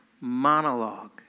monologue